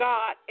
God